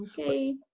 Okay